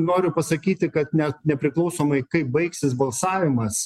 noriu pasakyti kad net nepriklausomai kaip baigsis balsavimas